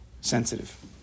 sensitive